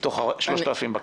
מתוך 3,000 בקשות.